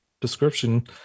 description